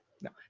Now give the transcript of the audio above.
No